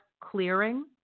clearing